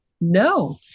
No